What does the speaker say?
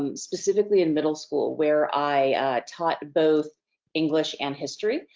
um specifically in middle school where i taught both english and history.